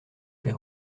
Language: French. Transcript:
fer